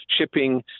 shipping